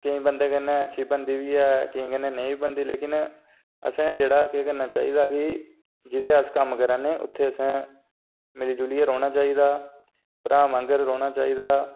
केईं बंदे कन्नै अच्छी बनदी बी ऐ केईं कन्नै नेईं बी बनदी लेकिन असें जेह्ड़ा केह् करना चाहिदा कि जित्थै अस कम्म करा ने उत्थै अस मिली जुलियै रौह्ना चाहिदा भ्राऽ आंह्गर रौंह्ना चाहिदा